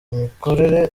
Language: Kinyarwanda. imikorere